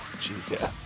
Jesus